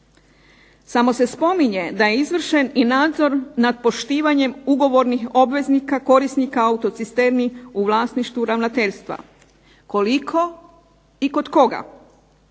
Samo se spominje da je izvršen i nadzor nad poštivanjem ugovornih obveznika korisnika autocisterni u vlasništvu ravnateljstva. Koliko i kod koga?